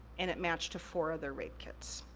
and it matched to four other rape kits.